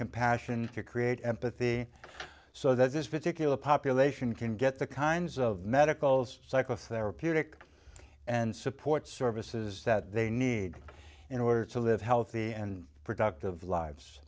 compassion to create empathy so that this particular population can get the kinds of medicals psychotherapeutic and support services that they need in order to live healthy and productive lives